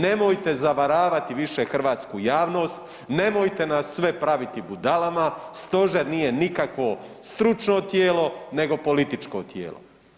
Nemojte zavaravati više hrvatsku javnost, nemojte nas sve praviti budalama, stožer nije nikakvo stručno tijelo, nego političko tijelo.